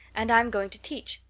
and i'm going to teach.